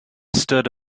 stood